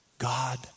God